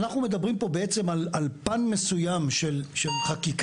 אנחנו מדברים פה בעצם על פן מסוים של חקיקה,